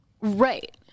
Right